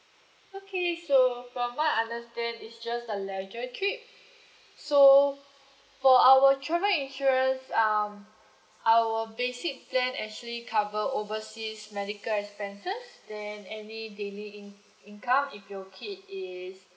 okay so from what I understand it's just a leisure trip so for our travel insurance um our basic plan actually cover overseas medical expenses then any daily in~ income if your kid is